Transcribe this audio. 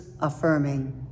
affirming